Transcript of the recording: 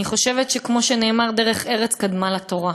אני חושבת שכמו שנאמר, "דרך ארץ קדמה לתורה".